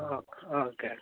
okay అండి